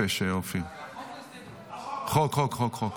סעיפים 1 4 נתקבלו.